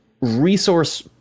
resource